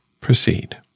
proceed